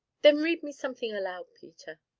then read me something aloud, peter.